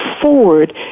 forward